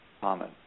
common